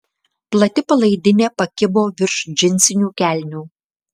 plati palaidinė pakibo virš džinsinių kelnių